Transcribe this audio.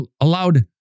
allowed